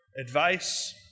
advice